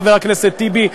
חבר הכנסת טיבי,